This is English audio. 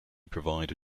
provide